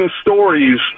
stories